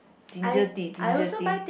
ginger tea ginger tea